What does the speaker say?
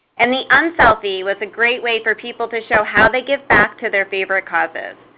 and the unselfie was a great way for people to show how they gave back to their favorite causes.